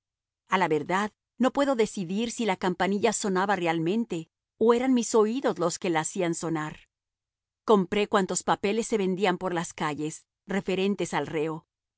a la verdad no puedo decidir si la campanilla sonaba realmente o eran mis oídos los que la hacían sonar compré cuantos papeles se vendían por las calles referentes al reo